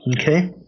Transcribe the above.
okay